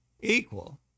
Equal